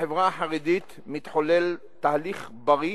בחברה החרדית מתחולל תהליך בריא,